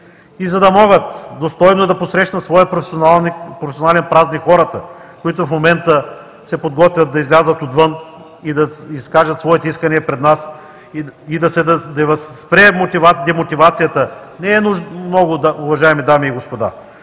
И за да могат достойно да посрещнат своя професионален празник хората, които в момента се подготвят да излязат отвън и да изкажат своите искания пред нас и да се спре демотивацията, не е нужно много, уважаеми дами и господа.